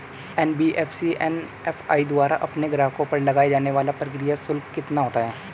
NBFC MFI द्वारा अपने ग्राहकों पर लगाए जाने वाला प्रक्रिया शुल्क कितना होता है?